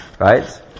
Right